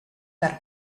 per